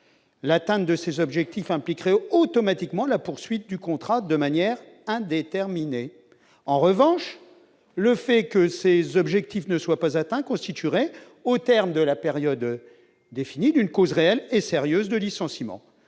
l'atteinte de ces objectifs impliquerait automatiquement la poursuite du contrat de manière indéterminée, en revanche, le fait que ces objectifs ne soit pas atteints constituerait au terme de la période définie d'une cause réelle et sérieuse de licenciement,